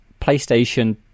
PlayStation